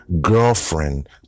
girlfriend